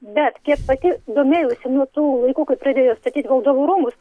bet kiek pati domėjausi nuo tų laikų kad pradėjo statyti valdovų rūmus